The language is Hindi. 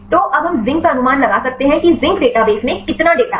तो अब हम जिंक का अनुमान लगा सकते हैं कि जिंक डेटाबेस में कितने डेटा हैं